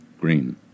Green